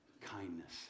kindness